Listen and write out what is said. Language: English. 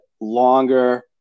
longer